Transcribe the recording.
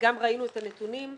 וגם ראינו את הנתונים,